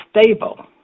stable